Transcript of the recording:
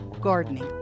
gardening